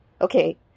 Okay